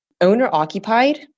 owner-occupied